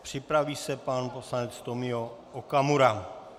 Připraví se pan poslanec Tomio Okamura.